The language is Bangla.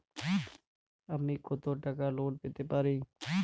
আমি কত টাকা লোন পেতে পারি?